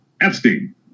Epstein